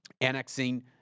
annexing